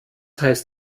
heißt